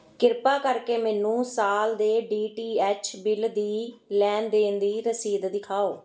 ਕਿਰਪਾ ਕਰਕੇ ਮੈਨੂੰ ਸਾਲ ਦੇ ਡੀ ਟੀ ਐਚ ਬਿੱਲ ਦੀ ਲੈਣ ਦੇਣ ਦੀ ਰਸੀਦ ਦਿਖਾਓ